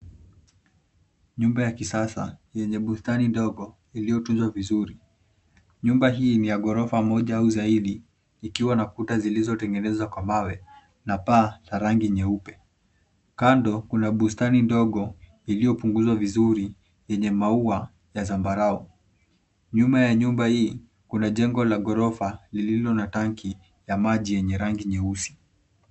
Nyumba ya kisasa yenye bustani ndogo iliyotunzwa vizuri. Nyumba hii ni ya ghorofa moja au zaidi ikiwa na kuta zilizotengenezwa kwa mawe na paa la rangi nyeupe. Kando kuna bustani ndogo iliyopunguzwa vizuri yenye maua ya zambarau. Nyuma ya nyumba hii kuna jengo la ghorofa lililo na tanki ya maji yenye rangi nyeusi.